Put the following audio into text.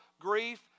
grief